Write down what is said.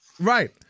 Right